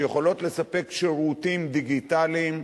שיכולות לספק שירותים דיגיטליים,